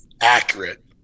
accurate